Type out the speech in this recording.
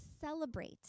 celebrate